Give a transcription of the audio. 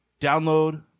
Download